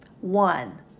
One